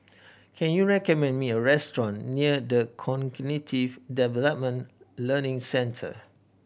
can you recommend me a restaurant near The Cognitive Development Learning Centre